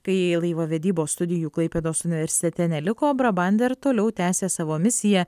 kai laivavedybos studijų klaipėdos universitete neliko brabander ir toliau tęsia savo misiją